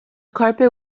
carpet